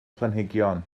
planhigion